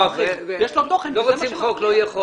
יש לו תוכן וזה מה שמפריע.